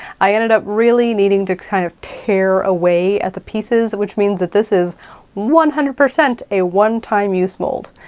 i ended up really needing to kind of tear away at the pieces, which means that this is one hundred percent a one-time-use mold.